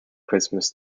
christmas